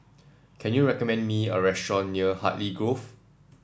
can you recommend me a restaurant near Hartley Grove